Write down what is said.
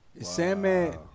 Sandman